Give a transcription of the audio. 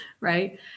Right